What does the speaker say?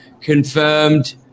confirmed